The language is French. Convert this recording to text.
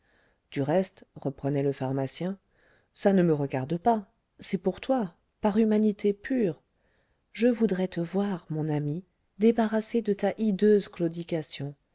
du reste reprenait le pharmacien ça ne me regarde pas c'est pour toi par humanité pure je voudrais te voir mon ami débarrassé de ta